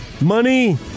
Money